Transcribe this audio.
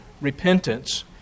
repentance